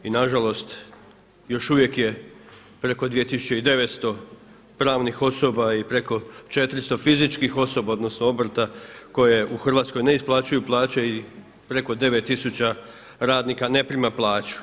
I na žalost još uvijek je preko 2900 pravnih osoba i preko 400 fizičkih osoba odnosno obrta koje u Hrvatskoj ne isplaćuju plaće i preko 9000 radnika ne prima plaću.